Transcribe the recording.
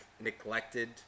neglected